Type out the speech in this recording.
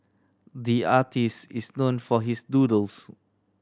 the artist is known for his doodles